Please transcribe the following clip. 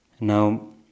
Now